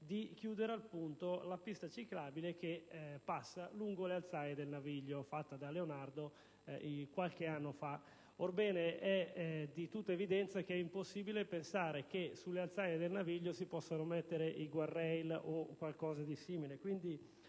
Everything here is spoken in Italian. di chiudere la pista ciclabile che passa lungo le alzaie del Naviglio, fatta da Leonardo qualche anno fa. È di tutta evidenza che è impossibile pensare che sulle alzaie del Naviglio si possano mettere *guard rail* o qualcosa di simile;